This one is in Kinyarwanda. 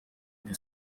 the